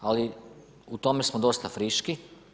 Ali u tome smo dosta friški.